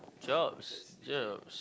jobs jobs